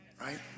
right